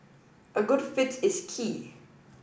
a good fit is key